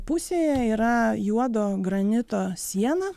pusėje yra juodo granito siena